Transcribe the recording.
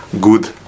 good